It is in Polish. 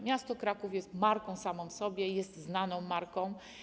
Miasto Kraków jest marką samą w sobie i jest znaną marką.